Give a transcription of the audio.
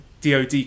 DOD